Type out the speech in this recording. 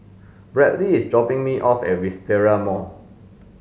Bradley is dropping me off at Wisteria Mall